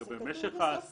לגבי משך ההסעה.